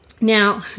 Now